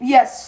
Yes